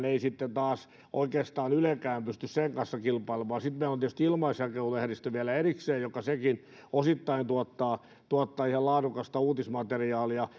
ei sitten taas oikeastaan pysty sen paikallislehdistön kanssa kilpailemaan sitten meillä on tietysti ilmaisjakelulehdistö vielä erikseen joka sekin osittain tuottaa tuottaa ihan laadukasta uutismateriaalia